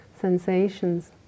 sensations